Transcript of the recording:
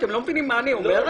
אתם לא מבינים מה אני אומרת?